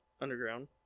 underground